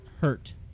hurt